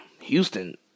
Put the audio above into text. Houston